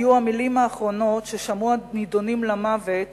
היו המלים האחרונות ששמעו הנידונים למוות